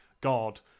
God